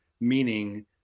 meaning